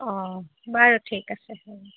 অঁ বাৰু ঠিক আছে হ'ব